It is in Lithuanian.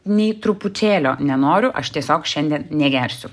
nei truputėlio nenoriu aš tiesiog šiandien negersiu